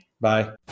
Bye